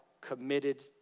committed